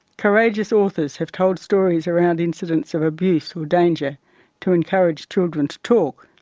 courageous authors have told stories around incidents of abuse or danger to encourage children to talk.